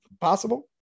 possible